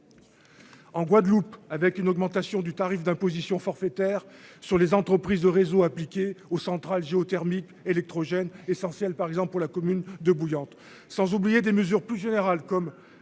En Guadeloupe, avec une augmentation du tarif d'imposition forfaitaire sur les entreprises de réseaux appliqué aux centrales géothermiques électrogène essentiel par exemple pour la commune de Bouillante, sans oublier des mesures plus général comme